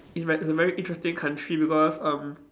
is ve~ is a very interesting country because um